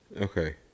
Okay